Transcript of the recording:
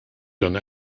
done